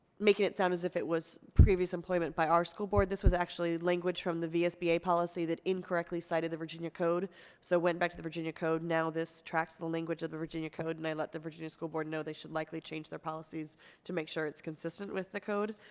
making it sound as if it was previous employment by our school board this was actually language from the vsba policy that incorrectly cited the virginia code so went back to the virginia code now this tracks the language of the virginia code and i let the virginia school board know they should likely change their policies to make sure it's consistent with the code